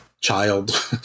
child